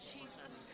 Jesus